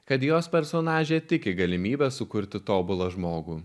kad jos personažė tiki galimybe sukurti tobulą žmogų